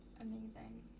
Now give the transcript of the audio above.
Amazing